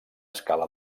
escala